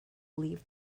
leave